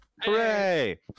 Hooray